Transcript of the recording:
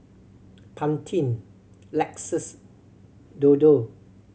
Pantene Lexus Dodo